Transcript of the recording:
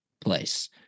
Place